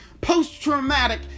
Post-traumatic